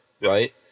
right